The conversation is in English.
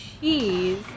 cheese